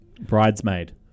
Bridesmaid